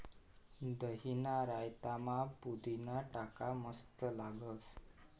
दहीना रायतामा पुदीना टाका मस्त लागस